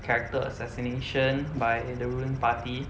character assassination by the ruling party